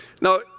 Now